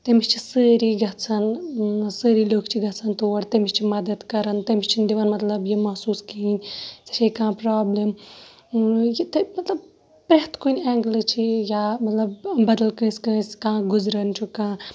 تٔمِس چھِ سٲری گَژھان سٲری لُکھ چھِ گَژھان تور تٔمِس چھِ مَدَد کَران تٔمِس چھِنہٕ دِوان مَطلَب یہِ محسوٗس کِہِیٖنۍ ژےٚ چھے کانٛہہ پرابلم یہِ تُہۍ مَطلَب پرٛٮ۪تھ کُنہِ اینٛگلہٕ چھِ یہِ یا مَطلَب بَدَل کٲنٛسہِ کٲنٛسہِ کانٛہہ گُزران چھُ کانٛہہ